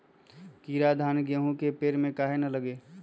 कीरा धान, गेहूं के पेड़ में काहे न लगे?